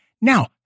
Now